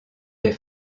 des